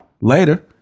later